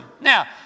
Now